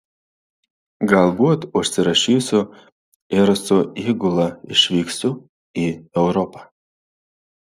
galbūt užsirašysiu ir su įgula išvyksiu į europą